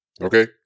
Okay